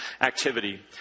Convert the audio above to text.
activity